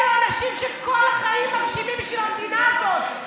אלו אנשים שכל החיים מגשימים בשביל המדינה הזאת.